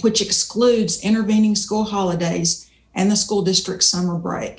which excludes intervening school holidays and the school district summer break